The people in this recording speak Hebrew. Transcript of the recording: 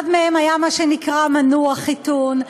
אחד מהם היה מה שנקרא מנוע חיתון,